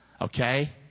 Okay